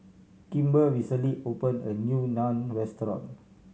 Kimber recently open a new Naan Restaurant